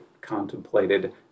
contemplated